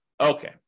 Okay